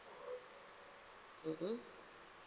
mm mm